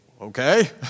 Okay